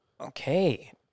Okay